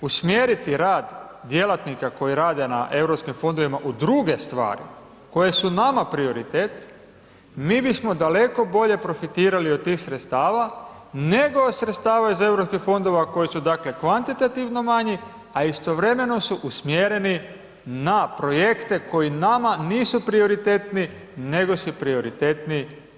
usmjeriti rad djelatnika koji rade na Europskim fondovima, u druge stvari koje su nama prioritet, mi bismo daleko bolje profitirali od tih sredstava, nego od sredstava iz Europskih fondova koji su, dakle, kvantitativno manji, a istovremeno su usmjereni na projekte koji nama nisu prioritetni, nego su prioritetni EU.